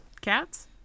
cats